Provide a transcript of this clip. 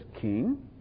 king